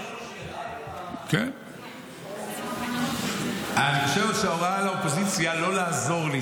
--- אני חושב שההוראה לאופוזיציה לא לעזור לי,